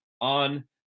on